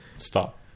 stop